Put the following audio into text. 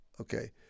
Okay